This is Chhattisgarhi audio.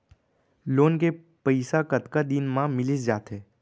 लोन के पइसा कतका दिन मा मिलिस जाथे?